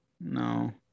No